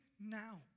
Now